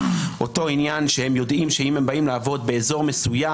אותו עניין שהם יודעים שאם הם באים לעבוד באזור מסוים,